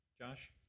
Josh